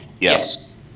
Yes